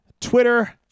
Twitter